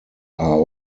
are